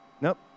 Nope